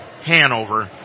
Hanover